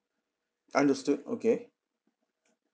understood okay